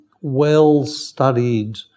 well-studied